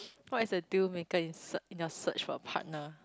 what is a deal maker in search in your search for partner